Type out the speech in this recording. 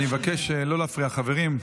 אני מבקש לא להפריע, חברים.